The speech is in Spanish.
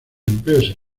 empleos